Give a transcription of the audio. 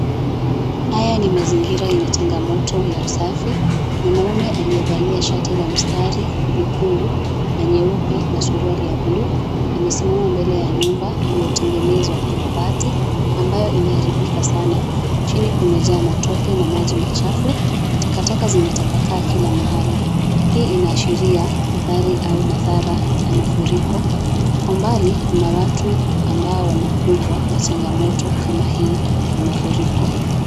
Haya ni mazingira yenye changamoto ya usafi, mwanaume aliyevalia shati la mistari myekundu na nyeupe na suruali ya bluu, amesimama mbele ya nyumba iliyotengenezwa na mabati ambayo imeharibika sana. Chini kumejaa matope na maji machafu, takataka zimetapakaa kila mahali, hii inaashiria adhari au madhara ya mafuriko, kwa mbali Kuna watu ambao wamekumbwa na changamoto kama hii ya mafuriko.